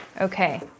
Okay